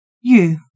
You